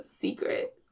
secret